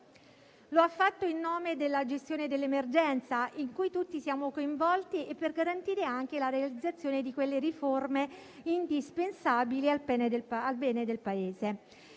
Lo ha fatto in nome della gestione dell'emergenza in cui tutti siamo coinvolti e per garantire anche la realizzazione delle riforme indispensabili al bene del Paese.